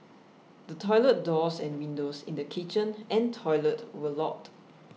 the toilet doors and windows in the kitchen and toilet were locked